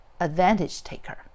advantage-taker